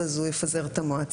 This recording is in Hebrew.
אז הוא יפזר את המועצה.